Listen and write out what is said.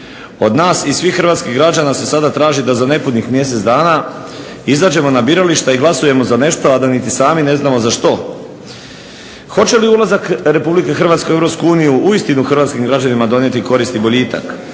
Od nas i svih hrvatskih građana se sada traži da za nepunih mjesec dana izađemo na birališta i glasujemo za nešto, a da niti sami ne znamo za što. Hoće li ulazak Hrvatske u EU uistinu hrvatskim građanima donijeti korist i boljitak?